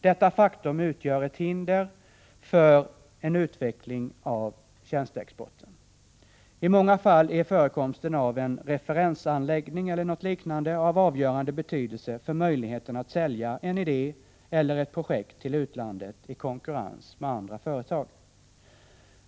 Detta faktum utgör ett annat hinder för en utveckling av tjänsteexporten. I många fall är förekomsten av en referensanläggning eller något liknande av avgörande betydelse för möjligheten att sälja en idé eller ett projekt till utlandet i konkurrens med andra företag.